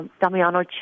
Damiano